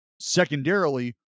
secondarily